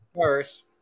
first